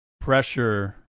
pressure